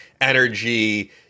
Energy